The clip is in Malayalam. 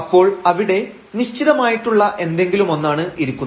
അപ്പോൾ അവിടെ നിശ്ചിതമായിട്ടുള്ള എന്തെങ്കിലുമൊന്നാണ് ഇരിക്കുന്നത്